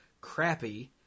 crappy